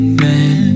man